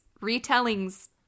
retellings